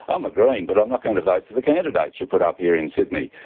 i'm a green but i'm not going to vote for the candidates you put up here in sydney.